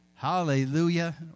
Hallelujah